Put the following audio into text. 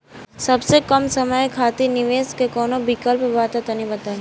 सबसे कम समय खातिर निवेश के कौनो विकल्प बा त तनि बताई?